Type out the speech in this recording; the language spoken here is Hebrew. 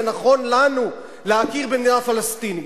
זה נכון לנו להכיר במדינה פלסטינית.